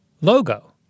logo